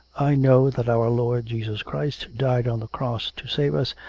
i know that our lord jesus christ died on the cross to save us,